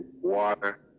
water